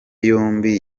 yombi